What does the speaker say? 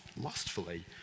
lustfully